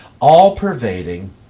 all-pervading